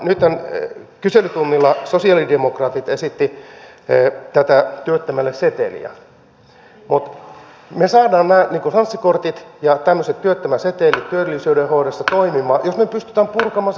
nythän kyselytunnilla sosialidemokraatit esittivät työttömälle tätä seteliä mutta me saamme nämä sanssi kortit ja työttömän setelit työllisyyden hoidossa toimimaan jos me pystymme purkamaan sen byrokratian